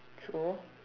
true